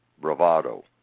bravado